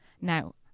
Now